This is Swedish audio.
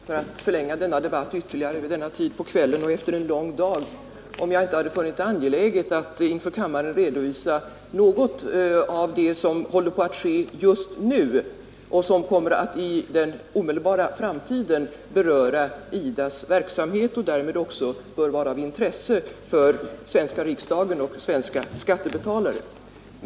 Herr talman! Jag skulle inte ha begärt ordet för att förlänga denna debatt ytterligare vid denna tid på kvällen, efter en lång dag, om jag inte hade funnit det angeläget att inför kammaren redovisa något av det som håller på att ske just nu på det internationella utvecklingsbiståndets område och som kommer att i den omedelbara framtiden beröra IDA :s verksamhet och därmed också bör vara av intresse för den svenska riksdagen och svenska skattebetalare.